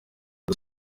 dos